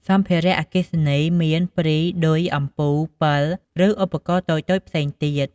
សម្ភារៈអគ្គិសនី មានព្រី ឌុយ អំពូល ពិល ឬឧបករណ៍តូចៗផ្សេងទៀត។